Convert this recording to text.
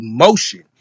emotion